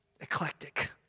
Eclectic